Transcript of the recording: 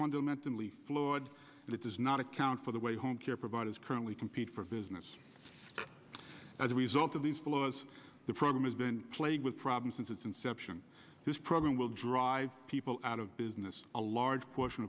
fundamentally flawed and it does not account for the way home care providers currently compete for business as a result of these flaws the problem has been plagued with problems since its inception this program will drive people out of business a large portion